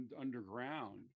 underground